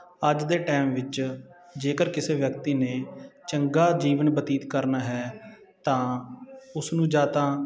ਅੱਜ ਦੇ ਟਾਈਮ ਵਿੱਚ ਜੇਕਰ ਕਿਸੇ ਵਿਅਕਤੀ ਨੇ ਚੰਗਾ ਜੀਵਨ ਬਤੀਤ ਕਰਨਾ ਹੈ ਤਾਂ ਉਸਨੂੰ ਜਾਂ ਤਾਂ